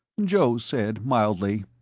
joe said mildly,